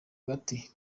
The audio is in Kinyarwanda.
gati